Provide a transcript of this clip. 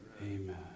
Amen